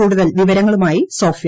കൂടുതൽ വിവരങ്ങളുമായി സോഫിയ